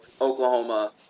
Oklahoma